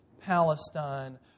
Palestine